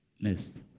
Next